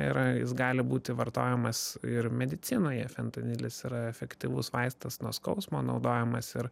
yra jis gali būti vartojamas ir medicinoje fentanilis yra efektyvus vaistas nuo skausmo naudojamas ir